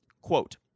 Quote